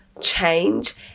change